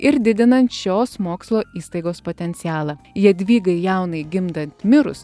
ir didinan šios mokslo įstaigos potencialą jadvygai jaunai gimdant mirus